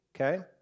okay